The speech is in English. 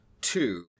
two